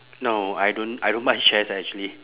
no I don't I don't buy shares actually